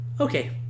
Okay